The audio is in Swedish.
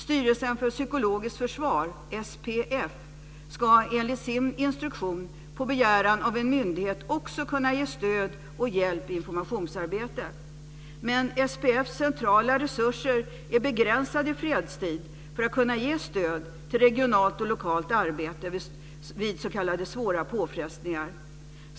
Styrelsen för psykologiskt försvar, SPF, ska enligt sin instruktion på begäran av en myndighet också kunna ge stöd och hjälp i informationsarbetet. Men SPF:s centrala resurser är begränsade i fredstid för att kunna ge stöd till regionalt och lokalt arbete vid s.k. svåra påfrestningar.